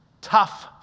tough